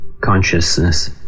consciousness